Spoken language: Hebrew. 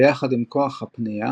ביחד עם כוח הפנייה